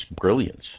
brilliance